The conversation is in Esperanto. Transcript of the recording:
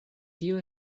tio